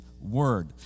Word